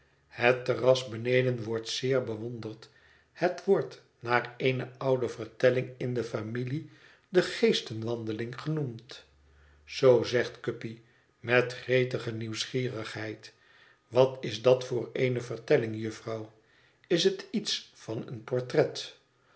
het terras beneden wordt zeer bewonderd het wordt naar eene oude vertelling in de familie de geestenwandeling genoemd zoo zegt guppy met gretige nieuwsgierigheid wat is dat voor eene vertelling jufvrouw is het iets van een portret